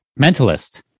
mentalist